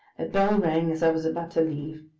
a bell rang as i was about to leave,